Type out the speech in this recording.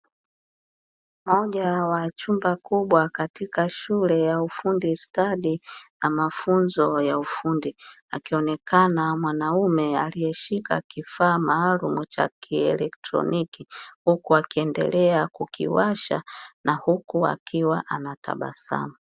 Bonge la chumba kubwa katika shule ya ufundi stadi na mafunzo ya ufundi, akionekana mwanaume aliyeshika kifaa maalumu cha kieletroniki, huku akiendelea kukiwasha na huku akiwa anatabasamu.